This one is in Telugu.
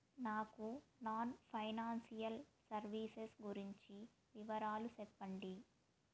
నాకు నాన్ ఫైనాన్సియల్ సర్వీసెస్ గురించి వివరాలు సెప్పండి?